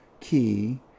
Key